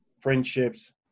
friendships